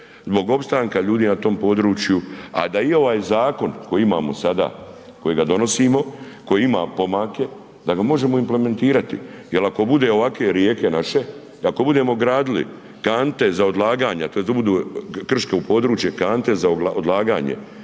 zbog opstanka ljudi na tom području, a da i ovaj zakon koji imamo sada kojega donosimo, koji ima pomake da ga možemo implementirati jel ako bude ovake rijeke naše i ako budemo gradili kante za odlaganja tj. da budu krško područje kante za odlaganje